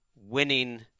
winning